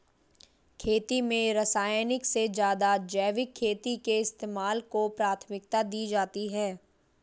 खेती में रासायनिक से ज़्यादा जैविक खेती के इस्तेमाल को प्राथमिकता दी जाती है